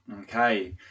Okay